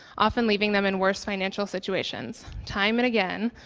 often leaving them in worse financial situations. time and again,